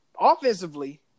offensively